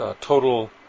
total